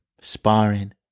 Sparring